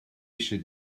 eisiau